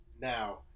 Now